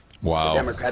Wow